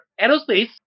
aerospace